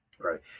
Right